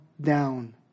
down